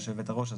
היושבת-ראש,